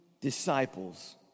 disciples